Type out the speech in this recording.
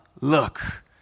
look